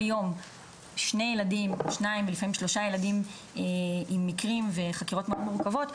יום שני ילדים ולפעמים שלושה ילדים עם מקרים וחקירות מאוד מורכבים,